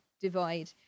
divide